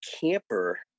camper